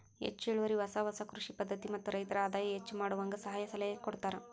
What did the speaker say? ಹೆಚ್ಚು ಇಳುವರಿ ಹೊಸ ಹೊಸ ಕೃಷಿ ಪದ್ಧತಿ ಮತ್ತ ರೈತರ ಆದಾಯ ಹೆಚ್ಚ ಮಾಡುವಂಗ ಸಹಾಯ ಸಲಹೆ ಕೊಡತಾರ